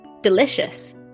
delicious